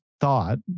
thought